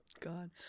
god